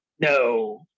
No